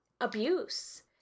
abuse